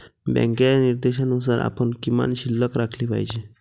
बँकेच्या निर्देशानुसार आपण किमान शिल्लक राखली पाहिजे